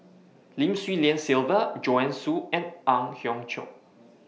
Lim Swee Lian Sylvia Joanne Soo and Ang Hiong Chiok